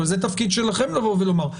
אבל זה תפקיד שלכם לבוא ולומר.